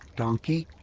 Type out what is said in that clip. donkey.